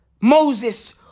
Moses